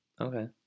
Okay